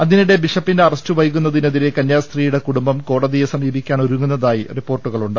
അതി നിടെ ബിഷപ്പിന്റെ അറസ്റ്റ് വൈകുന്നതിനെതിര്രെ കന്യാസ്ത്രീയുടെ കുടുംബം കോടതിയെ സ്മീപിക്കാൻ ഒരുങ്ങുന്നതായി റിപ്പോർട്ടുകളുണ്ട്